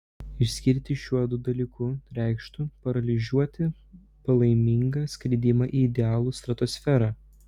išskirti šiuodu dalyku reikštų paralyžiuoti palaimingą skridimą į idealų stratosferą